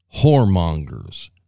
whoremongers